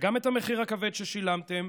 וגם את המחיר הכבד ששילמתם